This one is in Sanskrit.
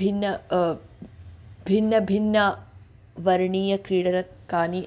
भिन्न भिन्न भिन्नवर्णीयक्रीडनकानि